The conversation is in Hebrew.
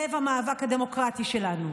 לב המאבק הדמוקרטי שלנו,